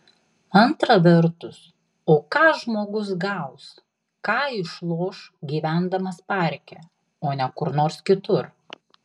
antra vertus o ką žmogus gaus ką išloš gyvendamas parke o ne kur nors kitur